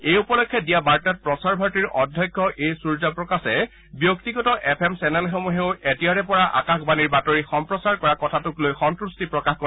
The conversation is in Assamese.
এই উপলক্ষে দিয়া বাৰ্তাত প্ৰচাৰ ভাৰতীৰ অধ্যক্ষ এ সূৰ্যপ্ৰকাশে ব্যক্তিগত এফ এম চেনেলসমূহেও এতিয়াৰে পৰা আকাশবাণীৰ বাতৰি সম্প্ৰচাৰ কৰা কথাটোক লৈ সন্তুষ্টি প্ৰকাশ কৰে